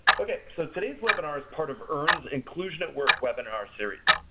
okay. so today's webinar is part of earn's inclusion at work webinar series.